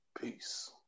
Peace